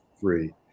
free